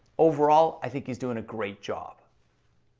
overall, i think he's doing a great job.